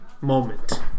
moment